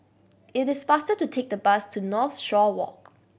it is faster to take the bus to Northshore Walk